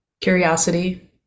Curiosity